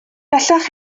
bellach